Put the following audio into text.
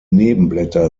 nebenblätter